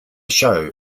show